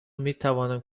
میتوانم